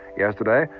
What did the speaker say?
yesterday,